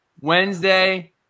Wednesday